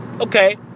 Okay